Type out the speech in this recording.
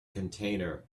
container